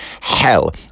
hell